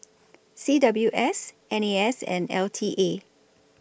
C W S N A S and L T A